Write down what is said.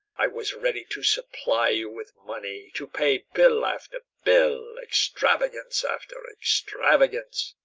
i was ready to supply you with money to pay bill after bill, extravagance after extravagance,